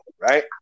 right